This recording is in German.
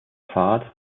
fahrt